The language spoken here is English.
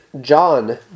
John